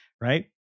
right